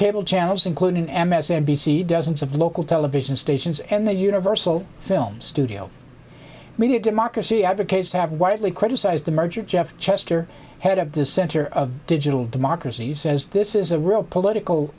cable channels including m s n b c dozens of local television stations and the universal film studio media democracy advocates have widely criticized the merger jeff chester head of the center of digital democracies says this is a real political